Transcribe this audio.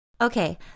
Okay